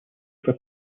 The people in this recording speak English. for